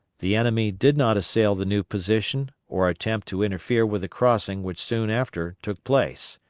the enemy did not assail the new position or attempt to interfere with the crossing which soon after took place.